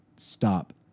stop